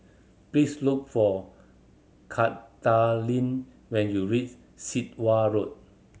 please look for Katharyn when you reach Sit Wah Road